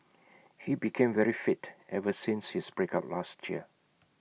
he became very fit ever since his breakup last year